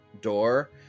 door